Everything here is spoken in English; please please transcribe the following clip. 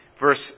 verse